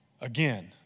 again